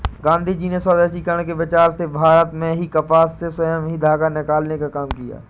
गाँधीजी ने स्वदेशीकरण के विचार से भारत में ही कपास से स्वयं ही धागा निकालने का काम किया